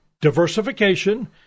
diversification